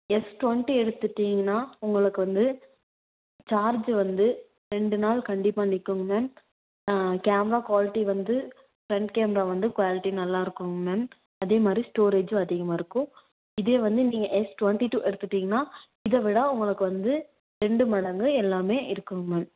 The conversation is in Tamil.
எஸ் டுவண்ட்டி எடுத்துகிட்டிங்கன்னா உங்களுக்கு வந்து சார்ஜ் வந்து ரெண்டு நாள் கண்டிப்பாக நிற்குங்க மேம் கேமரா குவாலிட்டி வந்து ஃப்ரெண்ட் கேமரா வந்து குவாலிட்டி நல்லா இருக்குதுங்க மேம் அதேமாதிரி ஸ்டோரேஜும் அதிகமாக இருக்கும் இதே வந்து நீங்கள் எஸ் டுவண்ட்டி டூ எடுத்துகிட்டிங்கன்னா இதை விட உங்களுக்கு வந்து ரெண்டு மடங்கு எல்லாமே இருக்குதுங்க மேம்